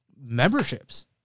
memberships